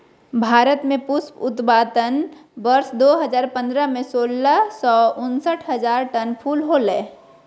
भारत में पुष्प उत्पादन वर्ष दो हजार पंद्रह में, सोलह सौ उनसठ हजार टन फूल होलय